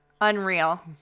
Unreal